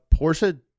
Porsche